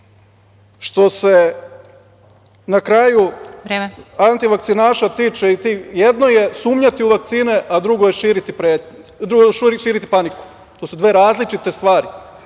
se na kraju antivakcinaša tiče, jedno je sumnjati u vakcine, a drugo je širiti paniku. To su dve različite stvari.